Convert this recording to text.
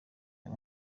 ayo